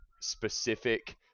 specific